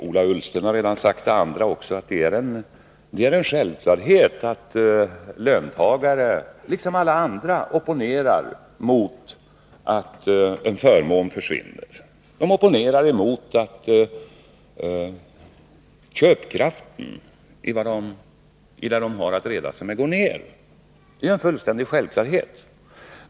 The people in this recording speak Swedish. Ola Ullsten har redan sagt att det är en självklarhet att löntagare liksom alla andra opponerar mot att en förmån försvinner. De opponerar mot att köpkraften i det de har att reda sig med går ned.